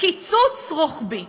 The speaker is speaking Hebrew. קיצוץ רוחבי.